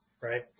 right